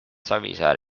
savisaar